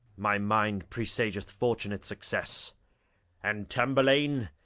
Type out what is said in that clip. my mind presageth fortunate success and, tamburlaine,